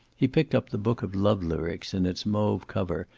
he picked up the book of love lyrics in its mauve cover,